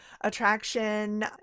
attraction